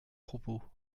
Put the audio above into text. propos